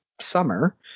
summer